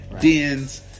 dens